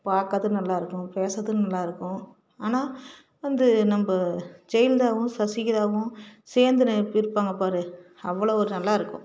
பார்க்கறது நல்லாயிருக்கும் பேசுகிறது நல்லாயிருக்கும் ஆனால் வந்து நம்ம ஜெயலலிதாவும் சசிகலாவும் சேர்ந்து இருப்பாங்க பார் அவ்வளோ ஒரு நல்லாயிருக்கும்